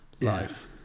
life